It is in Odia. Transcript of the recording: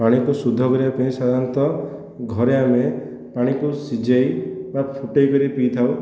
ପାଣିକୁ ସୁଦ୍ଧ କରିବା ପାଇଁ ସାଧାରଣତଃ ଘରେ ଆମେ ପାଣିକୁ ସିଜେଇ ବା ଫୁଟେଇକରି ପିଇଥାଉ